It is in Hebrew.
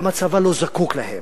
גם הצבא לא זקוק להם.